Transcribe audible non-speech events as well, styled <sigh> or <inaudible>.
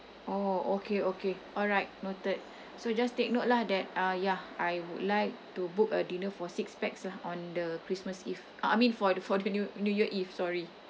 oh okay okay alright noted <breath> so just take note lah that uh ya I would like to book a dinner for six pax lah on the christmas eve uh I mean for the for the new new year eve sorry